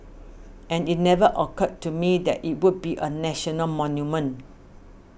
and it never occurred to me that it would be a national monument